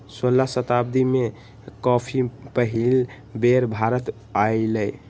सोलह शताब्दी में कॉफी पहिल बेर भारत आलय